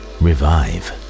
revive